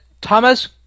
Thomas